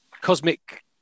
Cosmic